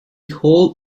whole